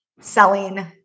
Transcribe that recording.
selling